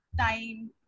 time